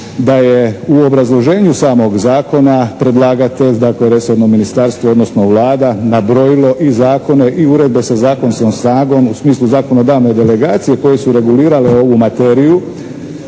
da je u obrazloženju samog zakona predlagatelj dakle resorno Ministarstvo odnosno Vlada nabrojilo i zakone i uredbe sa zakonskom snagom u smislu zakonodavne delegacije koje su regulirale ovu materiju